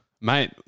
Mate